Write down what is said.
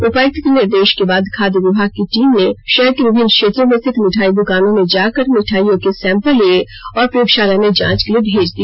उपायुक्त के निर्देश के बाद खाद्य विभाग की टीम ने शहर के विभिन्न क्षेत्रों में स्थित मिठाई दुकानों में जाकर मिठाईयों के सैंपल लिये और प्रयोगशाला में जांच के लिए भेज दिया